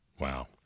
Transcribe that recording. Wow